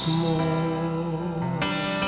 more